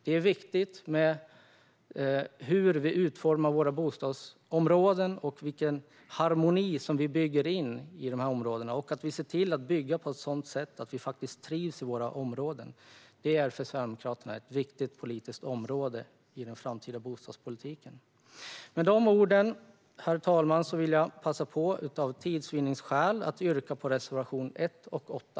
Det är viktigt hur vi utformar våra bostadsområden och vilken harmoni som vi bygger in i dessa områden. Det handlar om att se till att bygga på ett sådant sätt att vi faktiskt trivs i våra områden. Detta är för Sverigedemokraterna en viktig fråga i den framtida bostadspolitiken. Med de orden, herr talman, vill jag för tids vinnande passa på att yrka bifall till reservationerna 1 och 8.